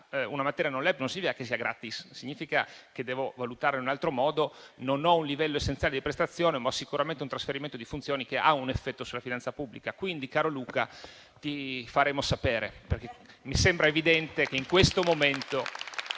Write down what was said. una materia non LEP non significa che sia gratis, ma significa che devo valutare in un altro modo. Non ho un livello essenziale di prestazione, ma sicuramente ho un trasferimento di funzioni che ha un effetto sulla finanza pubblica. Quindi, caro Luca, ti faremo sapere. Mi sembra evidente che in questo momento